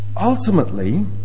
Ultimately